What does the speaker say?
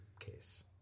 Case